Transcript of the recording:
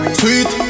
sweet